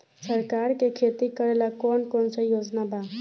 सरकार के खेती करेला कौन कौनसा योजना बा?